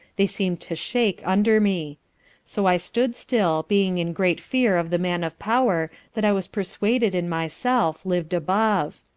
they seemed to shake under me so i stood still, being in great fear of the man of power that i was persuaded in myself, lived above.